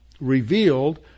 revealed